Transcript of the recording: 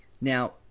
Now